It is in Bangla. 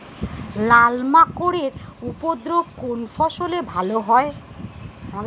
লাল মাকড় এর উপদ্রব কোন ফসলে বেশি হয়?